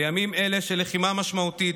בימים אלה של לחימה משמעותית,